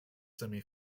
semi